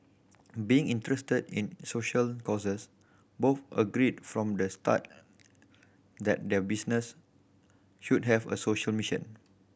being interested in social causes both agreed from the start that their business should have a social mission